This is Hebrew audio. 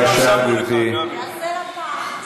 יעשה לה פח.